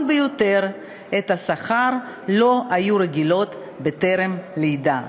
ביותר את השכר היו רגילות אליו לפני הלידה.